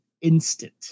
instant